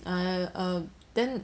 I err then